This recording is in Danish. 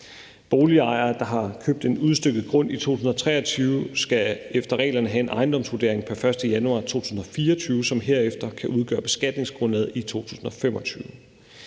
Boligejere, der har købt en udstykket grund i 2023, skal efter reglerne have en ejendomsvurdering pr. 1. januar 2024, som herefter kan udgøre beskatningsgrundlaget i 2025.